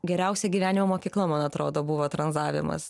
geriausia gyvenimo mokykla man atrodo buvo tranzavimas